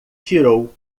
tirou